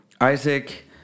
Isaac